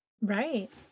Right